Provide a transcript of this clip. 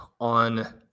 on